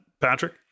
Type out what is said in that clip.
Patrick